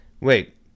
Wait